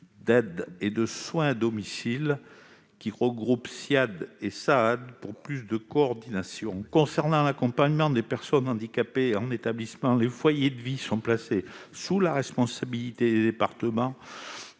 d'aide et de soins à domicile qui regroupent SSIAD et SAAD pour plus de coordination. Concernant l'accompagnement des personnes handicapées en établissement, les foyers de vie sont placés sous la responsabilité des départements,